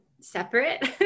separate